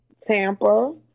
Tampa